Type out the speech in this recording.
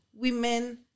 Women